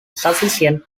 sufficient